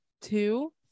two